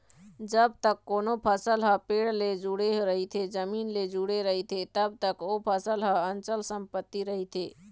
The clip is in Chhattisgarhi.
जब तक कोनो फसल ह पेड़ ले जुड़े रहिथे, जमीन ले जुड़े रहिथे तब तक ओ फसल ह अंचल संपत्ति रहिथे